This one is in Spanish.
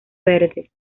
verdes